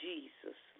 Jesus